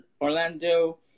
Orlando